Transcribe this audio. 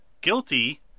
guilty